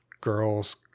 girls